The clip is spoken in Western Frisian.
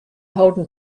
hâlden